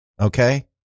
Okay